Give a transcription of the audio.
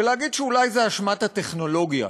ולהגיד שאולי זו אשמת הטכנולוגיה.